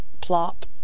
Plop